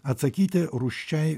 atsakyti rūsčiai